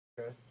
okay